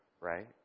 right